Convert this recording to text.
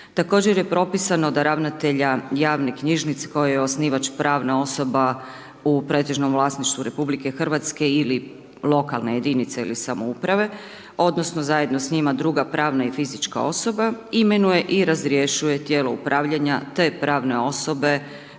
Također je propisano da ravnatelja javne knjižnice, kojoj je osnivač pravna osoba u pretežnom vlasništvu RH ili lokalne jedinice ili samouprave odnosno zajedno s njima druga pravna i fizička osoba, imenuje i razrješuje tijelo upravljanja te pravne osobe